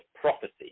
prophecy